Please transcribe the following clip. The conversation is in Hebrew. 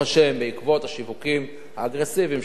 בעקבות השיווקים האגרסיביים שעשינו,